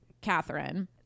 Catherine